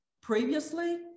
previously